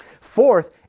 Fourth